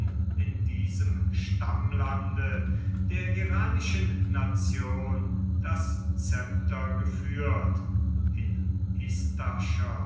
in diesem stammlande der iranischen nation das szepter geführt in istachr